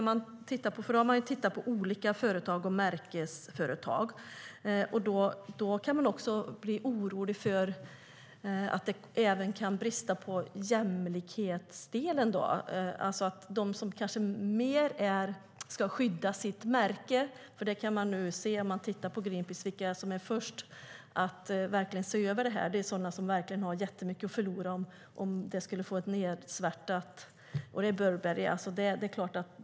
Man har tittat på olika företag, och märkesföretag, och då blir jag orolig för att det även kan brista när det gäller jämlikhetsdelen. Vissa kanske vill skydda sitt märke mer. I Greenpeaces test kan man se vilka som är först med att se över detta. Det är företag som har jättemycket att förlora om de skulle få ett nedsvärtat rykte, till exempel Burberry.